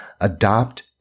adopt